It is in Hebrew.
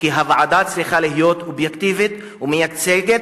כי הוועדה צריכה להיות אובייקטיבית ומייצגת.